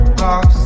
box